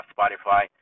Spotify